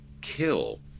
kill